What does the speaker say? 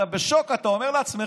אתה בשוק, אתה אומר לעצמך: